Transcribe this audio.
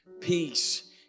peace